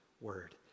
word